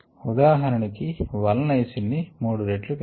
ఉదాహరణ కి l lysine ని 3 రెట్లు పెంచుట